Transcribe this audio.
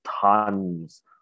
tons